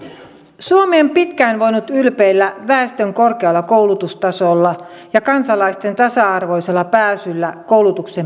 suomi on pitkään voinut ylpeillä väestön korkealla koulutustasolla ja kansalaisten tasa arvoisella pääsyllä koulutuksen piiriin